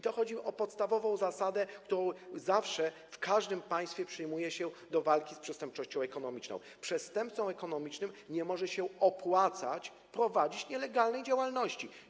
Tu chodzi o podstawową zasadę, którą zawsze, w każdym państwie, przyjmuje się do walki z przestępczością ekonomiczną - przestępcom ekonomicznym nie może się opłacać prowadzenie nielegalnej działalności.